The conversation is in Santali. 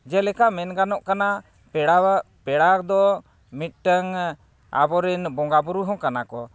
ᱡᱮᱞᱮᱠᱟ ᱢᱮᱱ ᱜᱟᱱᱚᱜ ᱠᱟᱱᱟ ᱯᱮᱲᱟᱣᱟᱜ ᱯᱮᱲᱟ ᱫᱚ ᱢᱤᱫᱴᱟᱝ ᱟᱵᱚ ᱨᱮᱱ ᱵᱚᱸᱜᱟᱼᱵᱩᱨᱩ ᱦᱚᱸ ᱠᱟᱱᱟ ᱠᱚ